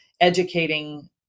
educating